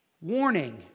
warning